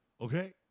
okay